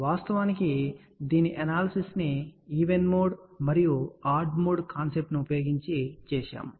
వాస్తవానికి దీని యొక్క అనాలసిస్ ను ఈవెన్ మోడ్ మరియు ఆడ్ మోడ్ కాన్సెప్ట్ ను ఉపయోగించి చేశాము